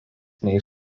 nei